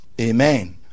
Amen